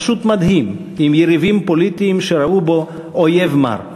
פשוט מדהים, עם יריבים פוליטיים שראו בו אויב מר.